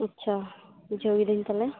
ᱟᱪᱪᱷᱟ ᱵᱩᱡᱷᱟ ᱠᱤᱫᱟ ᱧ ᱛᱟᱦᱚᱞᱮ